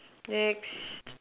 next